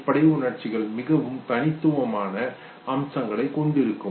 அடிப்படை உணர்ச்சிகள் மிகவும் தனித்துவமான அம்சங்களைக் கொண்டிருக்கும்